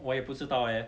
我也不知道 eh